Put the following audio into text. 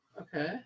Okay